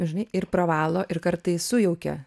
žinai ir pravalo ir kartais sujaukia